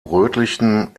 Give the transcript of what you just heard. rötlichen